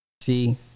See